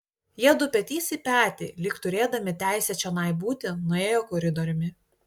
jiedu petys į petį lyg turėdami teisę čionai būti nuėjo koridoriumi